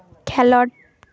ᱠᱷᱮᱞᱳᱰ